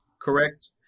correct